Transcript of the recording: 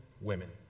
women